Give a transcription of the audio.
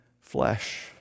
flesh